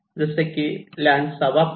जसे की लँड चा वापर